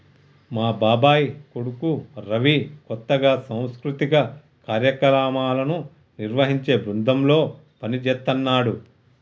మా బాబాయ్ కొడుకు రవి కొత్తగా సాంస్కృతిక కార్యక్రమాలను నిర్వహించే బృందంలో పనిజేత్తన్నాడు